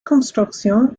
construction